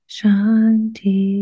Shanti